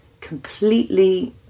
completely